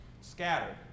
scattered